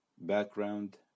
background